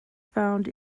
found